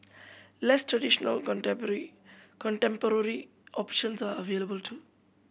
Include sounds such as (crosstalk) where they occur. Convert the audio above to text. less traditional (unintelligible) contemporary options are available too